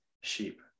sheep